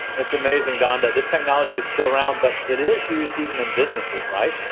it's amazing, don, that this technology is still around but it is used even in businesses, right?